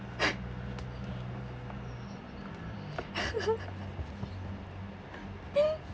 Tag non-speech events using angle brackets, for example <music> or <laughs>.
<laughs> <laughs>